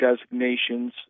designations